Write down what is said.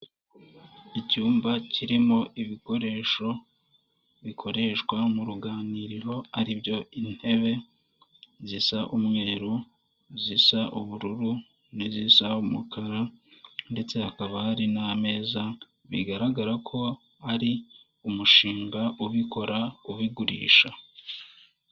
Icyumba kirimo ibikoresho bikoreshwa mu ruganiriro aribyo intebe zisa umweru zisa ubururu n'izisa umukara ndetse hakaba hari n'ameza bigaragara ko ari umushinga ubikora ubigurisha.